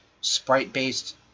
sprite-based